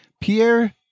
Pierre